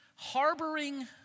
Harboring